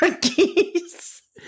geese